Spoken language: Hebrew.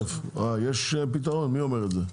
מי אומר את זה?